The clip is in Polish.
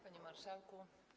Panie Marszałku!